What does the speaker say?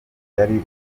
yari